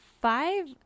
five